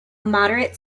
moderate